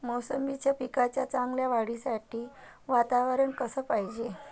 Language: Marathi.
मोसंबीच्या पिकाच्या चांगल्या वाढीसाठी वातावरन कस पायजे?